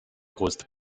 größte